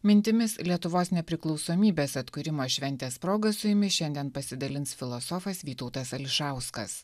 mintimis lietuvos nepriklausomybės atkūrimo šventės proga su jumis šiandien pasidalins filosofas vytautas ališauskas